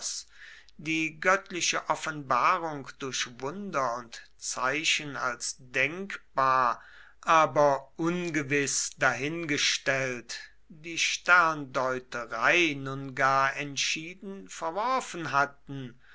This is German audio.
die göttliche offenbarung durch wunder und zeichen als denkbar aber ungewiß dahingestellt die sterndeuterei nun gar entschieden verworfen hatten